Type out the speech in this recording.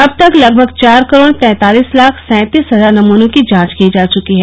अब तक लगभग चार करोड़ तैंतालिस लाख सैंतीस हजार नमूनों की जांच की जा चुकी है